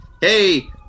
hey